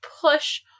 push